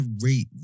rate